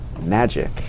magic